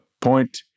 point